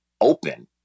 open